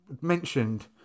mentioned